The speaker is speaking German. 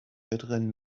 wettrennen